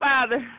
Father